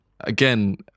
Again